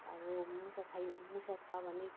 अब मुसा छैन मुसा छ भने